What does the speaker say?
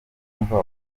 wumva